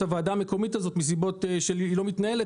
הוועדה המקומית הזו מסיבות שהיא לא מתנהלת,